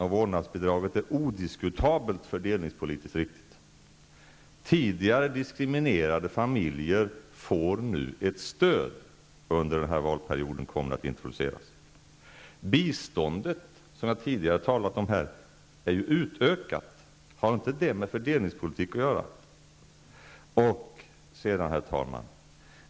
Ja, vårdnadsbidraget är odiskutabelt fördelningspolitiskt riktigt. Tidigare diskriminerade familjer får nu ett stöd, som under den här valperioden kommer att introduceras. Biståndet, som jag tidigare talat om här, är ju utökat. Har inte det med fördelningspolitik att göra? Herr talman!